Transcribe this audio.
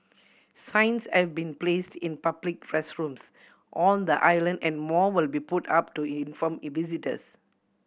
signs have been placed in public restrooms on the island and more will be put up to inform E visitors